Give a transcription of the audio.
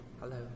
Hello